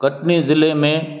कटनी ज़िले में